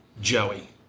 Joey